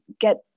get